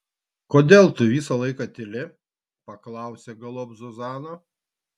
kodėl tu visą laiką tyli paklausė galop zuzana